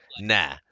nah